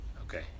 Okay